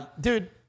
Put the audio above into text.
Dude